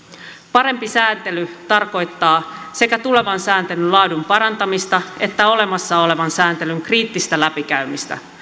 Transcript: parempi sääntely tarkoittaa sekä tulevan sääntelyn laadun parantamista että olemassa olevan sääntelyn kriittistä läpikäymistä